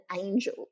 angel